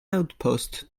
outpost